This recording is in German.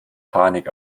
panik